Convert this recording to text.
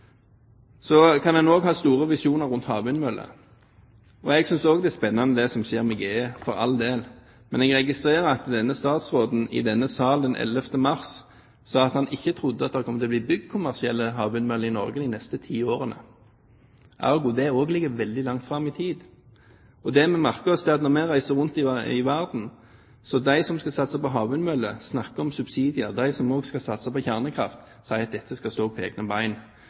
så skal vi ta de pengene fra Kårstø og dedikere dem til klima- og energiforskning, hvorav en del går til kjernekraft, har jeg prioritert allerede. En kan ha store visjoner om havvindmøller. Jeg synes også det er spennende det som skjer med GE, for all del. Men jeg registrerer at denne statstråden i denne sal den 11. mars 2010 sa at han ikke trodde det kom til å bli bygd kommersielle havvindmøller i Norge de neste ti årene. Ergo ligger det veldig langt fram i tid. Det vi merker oss når vi reiser rundt om i verden, er at de som skal satse på havvindmøller, snakker om subsidier, og de som skal satse på